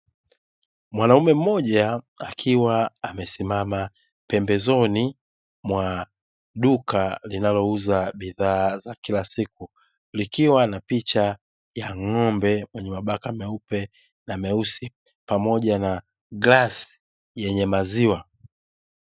Mwanaume mmoja akiwa amesimama pembezoni mwa duka linalouza bidhaa za kila siku, likiwa na picha ya ng'ombe wa mabaka meupe na meusi, pamoja na glasi yenye maziwa.